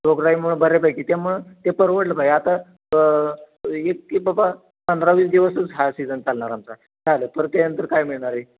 रोगराईमुळं बऱ्यापैकी त्यामुळं ते परवडलं पाय आता एक की बाबा पंधरा वीस दिवसच हा सीजन चालणार आमचा चाल परत त्याच्यानंतर काय मिळणार आहे